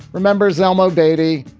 remembers elmo baity.